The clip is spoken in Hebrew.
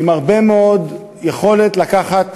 עם הרבה מאוד יכולת לקחת